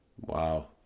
Wow